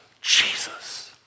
Jesus